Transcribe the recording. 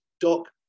Doc